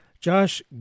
Josh